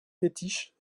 fétiche